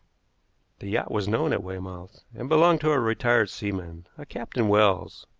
the yacht was known at weymouth, and belonged to a retired seaman, a captain wells,